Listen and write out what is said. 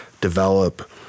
develop